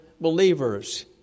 believers